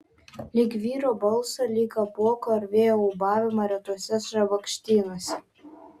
lyg vyro balsą lyg apuoko ar vėjo ūbavimą retuose šabakštynuose